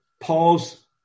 Paul's